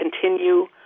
continue